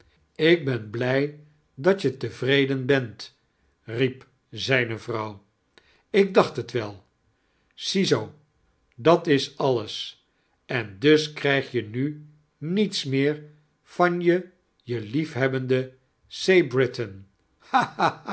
ik ben blij dat je tevreden bent riep zijtoje vxouw ik dacht het wel ziezoo dat is alles en dus krijg je nu niets meer van je je liefhebbende c britain